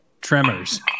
Tremors